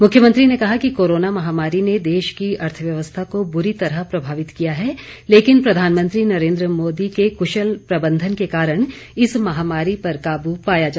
मुख्यमंत्री ने कहा कि कोरोना महामारी ने देश की अर्थव्यवस्था को बूरी तरह प्रभावित किया है लेकिन प्रधानमंत्री नरेंद्र मोदी के क्षल प्रबंधन के कारण इस महामारी पर काबू पाया जा सका है